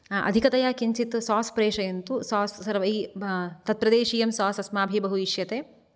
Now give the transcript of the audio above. अधिकतया किञ्चित् सोस् प्रेषयन्तु सोस् सर्वैः तत् प्रदेशीयं सोस् अस्माभिः बहु इष्यते